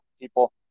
people